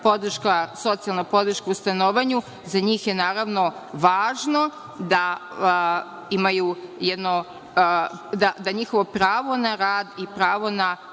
socijalna podrška o stanovanju, za njih je naravno važno da njihovo pravo na rad i pravo na